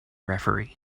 referee